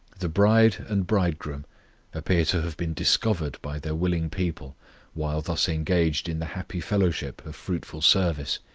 the bride and bridegroom appear to have been discovered by their willing people while thus engaged in the happy fellowship of fruitful service,